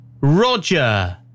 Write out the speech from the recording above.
Roger